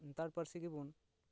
ᱥᱟᱱᱛᱟᱲ ᱯᱟᱹᱨᱥᱤ ᱜᱮᱵᱚᱱ